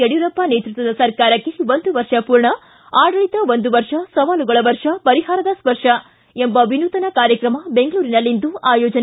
ಯಡಿಯೂರಪ್ಪ ನೇತೃತ್ವದ ಸರ್ಕಾರಕ್ಕೆ ಒಂದು ವರ್ಷ ಪೂರ್ಣ ಆಡಳಿತ ಒಂದು ವರ್ಷ ಸವಾಲುಗಳ ವರ್ಷ ಪರಿಹಾರದ ಸ್ಪರ್ಶ ಎಂಬ ವಿನೂತನ ಕಾರ್ಯಕ್ರಮ ಬೆಂಗಳೂರಿನಲ್ಲಿಂದು ಆಯೋಜನೆ